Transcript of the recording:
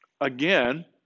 again